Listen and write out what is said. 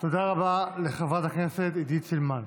תודה רבה לחברת הכנסת עידית סילמן.